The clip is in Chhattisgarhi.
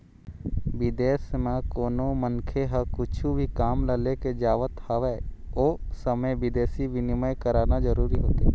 बिदेस म कोनो मनखे ह कुछु भी काम ल लेके जावत हवय ओ समे बिदेसी बिनिमय कराना जरूरी होथे